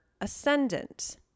ascendant